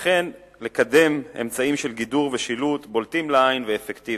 וכן לקדם אמצעים של גידור ושילוט בולטים לעין ואפקטיביים.